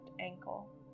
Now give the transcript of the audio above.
ankle